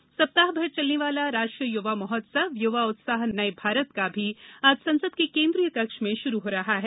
युवा महोत्सव सप्ताह भर चलने वाला राष्ट्रीय युवा महोत्सव युवा उत्साह नये भारत का भी आज संसद के केन्द्रीय कक्ष में शुरू हो रहा है